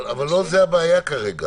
אבל לא זו הבעיה כרגע.